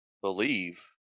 believe